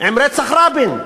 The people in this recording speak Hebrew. רצח רבין.